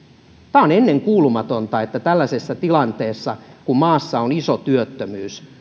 tämä on ennenkuulumatonta että tällaisessa tilanteessa kun maassa on iso työttömyys